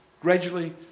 gradually